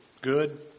good